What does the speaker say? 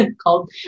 called